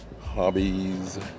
hobbies